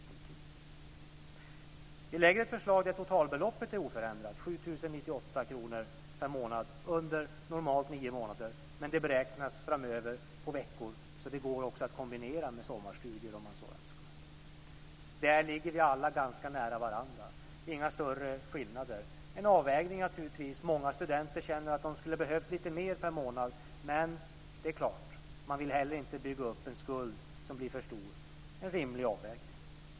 Vi lägger fram ett förslag där totalbeloppet är oförändrat, nämligen 7 098 kr per månad under normalt nio månader. Men det beräknas framöver på veckor. Därför går det också att kombinera med sommarstudier om man så önskar. Där ligger vi alla ganska nära varandra. Det finns inga större skillnader. Det är naturligtvis en avvägning. Många studenter känner att de skulle behöva lite mer per månad, men man vill inte heller bygga upp en skuld som blir för stor. Det är en rimlig avvägning.